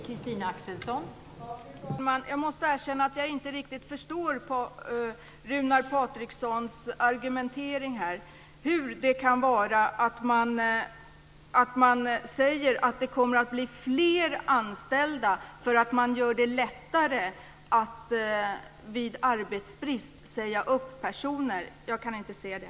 Fru talman! Jag måste erkänna att jag inte riktigt förstår Runar Patrikssons argument. Hur kan man säga att det kommer att bli fler anställda för att man gör det lättare att vid arbetsbrist säga upp personer. Jag kan inte se det.